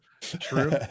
true